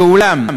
ואולם,